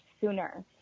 sooner